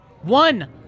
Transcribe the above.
One